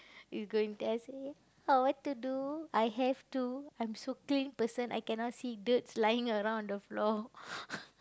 you go and then I say ah what to do I have to I'm so clean person I cannot see dirts lying around on the floor